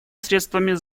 средствами